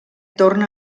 torna